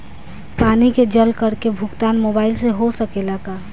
पानी के जल कर के भुगतान मोबाइल से हो सकेला का?